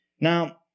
Now